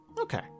Okay